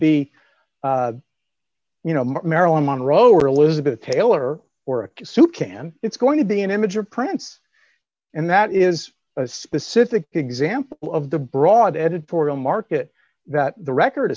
be you know marilyn monroe or elizabeth taylor or a soup can it's going to be an image or prince and that is a specific example of the broad editorial market that the record